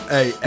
Hey